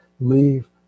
leave